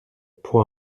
pour